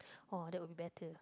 oh that will be better